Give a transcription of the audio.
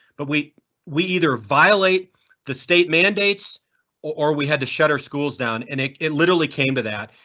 but we we either violate the state mandates or we had to shutter schools down an it it literally came to that.